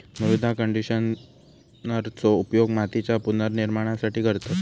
मृदा कंडिशनरचो उपयोग मातीच्या पुनर्निर्माणासाठी करतत